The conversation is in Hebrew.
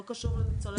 לא קשור לניצולי שואה.